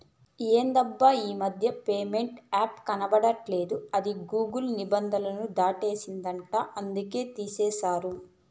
ఎందబ్బా ఈ మధ్యన ప్యేటియం యాపే కనబడట్లా అది గూగుల్ నిబంధనలు దాటేసిందంట అందుకనే తీసేశారు